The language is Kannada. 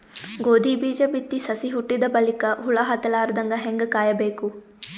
ಗೋಧಿ ಬೀಜ ಬಿತ್ತಿ ಸಸಿ ಹುಟ್ಟಿದ ಬಲಿಕ ಹುಳ ಹತ್ತಲಾರದಂಗ ಹೇಂಗ ಕಾಯಬೇಕು?